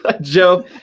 Joe